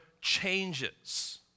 changes